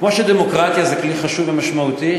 כמו שדמוקרטיה זה כלי חשוב ומשמעותי,